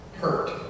hurt